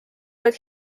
oled